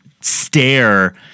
stare